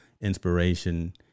inspiration